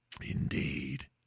Indeed